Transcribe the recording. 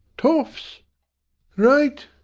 toffs right.